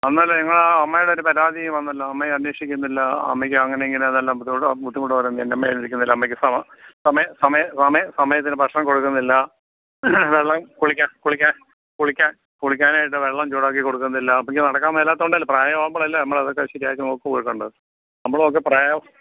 അന്നല്ലെ നിങ്ങൾ ആ അമ്മയുടെ ഒരു പരാതി വന്നല്ലോ അമ്മയെ അന്വേഷിക്കുന്നില്ല അമ്മയ്ക്ക് അങ്ങനെ അങ്ങനെയെന്നെല്ലാം ബുദ്ധിമുട്ടാണ് ബുദ്ധിമുട്ട് പറയുന്നു എന്റമ്മയെ അന്വേഷിക്കുന്നില്ല അമ്മയ്ക്ക് സമയത്തിന് ഭക്ഷണം കൊടുക്കുന്നില്ല വെള്ളം കുളിക്കാൻ കുളിക്കാൻ കുളിക്കാൻ കുളിക്കാനായിട്ട് വെള്ളം ചൂടാക്കിക്കൊടുക്കുന്നില്ല അമ്മയ്ക്ക് നടക്കാൻ മേലാത്തതുകൊണ്ടല്ലേ പ്രായമാകുമ്പോഴല്ലേ നമ്മളതൊക്കെ ശരിയായിട്ട് കൊടുക്കേണ്ടത് നമ്മളുമൊക്കെ പ്രായം